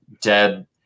dead